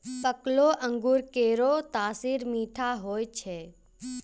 पकलो अंगूर केरो तासीर मीठा होय छै